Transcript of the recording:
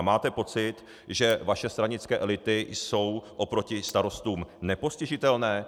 Máte pocit, že vaše stranické elity jsou oproti starostům nepostižitelné?